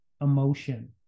emotion